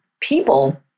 people